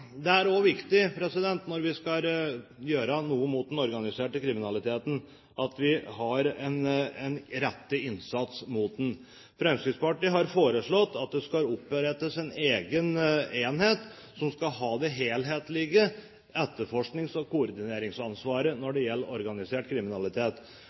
Det er også viktig når vi skal gjøre noe med den organiserte kriminaliteten, at vi har en rettet innsats mot den. Fremskrittspartiet har foreslått at det skal opprettes en egen enhet som skal ha det helhetlige etterforsknings- og koordineringsansvaret når